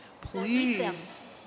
please